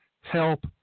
help